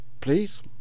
please